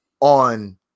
on